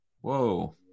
whoa